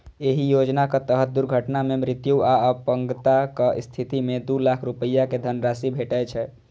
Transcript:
एहि योजनाक तहत दुर्घटना मे मृत्यु आ अपंगताक स्थिति मे दू लाख रुपैया के धनराशि भेटै छै